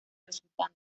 resultante